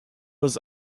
was